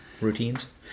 routines